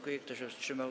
Kto się wstrzymał?